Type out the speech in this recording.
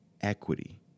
equity